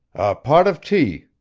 pot of tea,